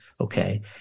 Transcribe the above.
Okay